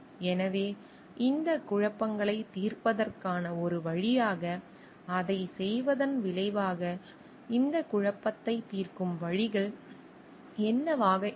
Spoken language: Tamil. எனவே இந்த குழப்பங்களைத் தீர்ப்பதற்கான ஒரு வழியாக அதைச் செய்வதன் விளைவாக இந்த குழப்பத்தை தீர்க்கும் வழிகள் என்னவாக இருக்கும்